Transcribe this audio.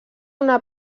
una